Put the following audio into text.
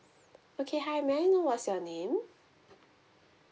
okay hi may I know what's your name